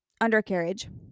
undercarriage